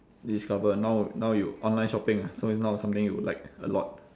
discover now now you online shopping ah so it's not something you like a lot